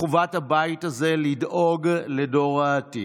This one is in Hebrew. מחובת הבית הזה לדאוג לדור העתיד,